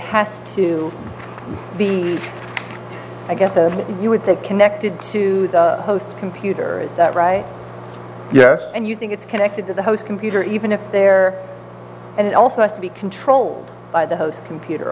has to be i guess you would say connected to the host computer is that right yes and you think it's connected to the host computer even if there and it also has to be controlled by the host computer